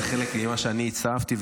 זה חלק ממה שאני הצטרפתי אליו,